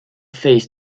face